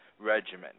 regimen